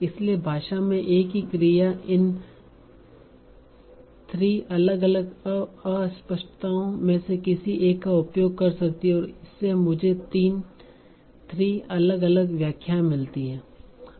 इसलिए भाषा में एक ही क्रिया इन 3 अलग अलग अस्पष्टताओं में से किसी एक का उपयोग कर सकती है और इससे मुझे 3 अलग अलग व्याख्याएं मिलती हैं